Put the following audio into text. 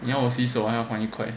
你要我洗手还要还一块